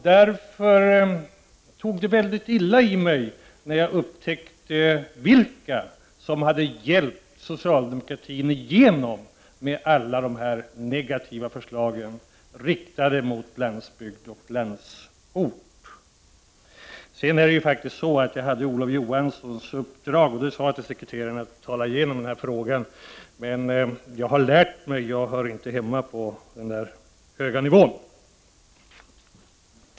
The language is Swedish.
Därför gjorde det mig illa att upptäcka vilka som hade hjälpt socialdemokratin att få igenom alla negativa förslag riktade emot landsbygd och landsort. Jag hade också Olof Johanssons uppdrag att tala i den här frågan, vilket jag sade till sekreteraren. Men jag har lärt mig att jag inte hör hemma på den där höga nivån.